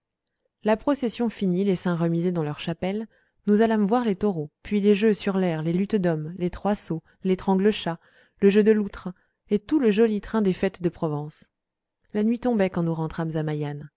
la procession finie les saints remisés dans leurs chapelles nous allâmes voir les taureaux puis les jeux sur l'aire les luttes d'hommes les trois sauts létrangle chat le jeu de l'outre et tout le joli train des fêtes de provence la nuit tombait quand nous rentrâmes